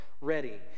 ready